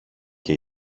και